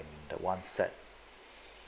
the one set